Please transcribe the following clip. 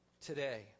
today